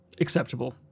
Acceptable